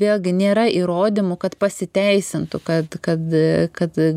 vėlgi nėra įrodymų kad pasiteisintų kad kad kad